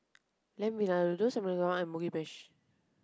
Lamb Vindaloo Samgyeopsal and Mugi Meshi